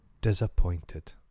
disappointed